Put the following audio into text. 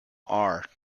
are